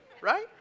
Right